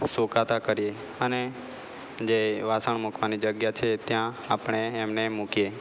સુકાતા કરીએ અને જે વાસણ મૂકવાની જગ્યા છે ત્યાં આપણે એમને મૂકીએ